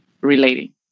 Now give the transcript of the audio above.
relating